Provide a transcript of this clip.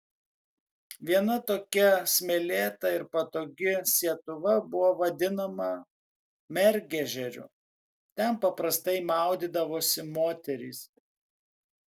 viena tokia smėlėta ir patogi sietuva buvo vadinama mergežeriu ten paprastai maudydavosi moterys